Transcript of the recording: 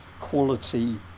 quality